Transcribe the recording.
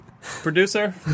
Producer